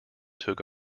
took